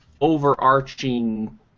overarching